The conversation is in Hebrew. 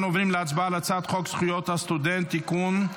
אנו עוברים להצבעה על הצעת חוק זכויות הסטודנט (תיקון,